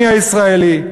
אני הישראלי.